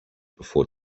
before